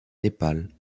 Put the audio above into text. népal